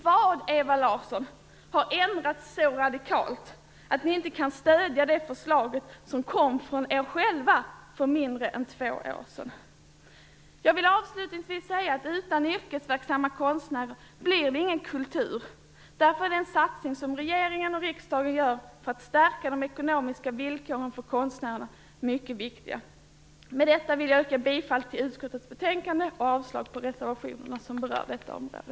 Vad, Ewa Larsson, har ändrats så radikalt att ni inte kan stödja det förslag som kom från er själva för mindre än två år sedan? Jag vill avslutningsvis säga, att utan yrkesverksamma konstnärer blir det ingen kultur. Därför är den satsning som regeringen och riksdagen gör för att stärka de ekonomiska villkoren för konstnärerna mycket viktiga. Med detta vill jag yrka bifall till utskottets hemställan i betänkandet och avslag på reservationerna som berör detta område.